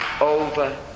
over